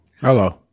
Hello